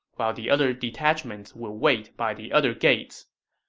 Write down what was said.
while the other detachments will wait by the other gates.